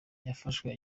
yafashwe